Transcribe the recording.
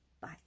Bye